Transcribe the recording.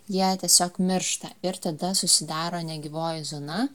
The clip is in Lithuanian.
jie tiesiog miršta ir tada susidaro negyvoji zona